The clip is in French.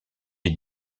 les